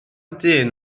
dyn